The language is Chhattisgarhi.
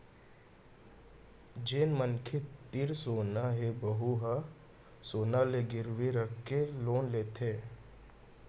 जेन मनखे तीर सोना हे वहूँ ह सोना ल गिरवी राखके लोन लेथे